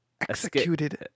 executed